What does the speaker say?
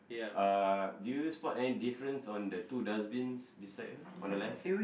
uh do you spot any difference on the two dustbins beside her on the left